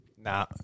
Nah